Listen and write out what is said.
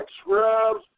scrubs